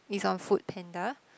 is on Food Panda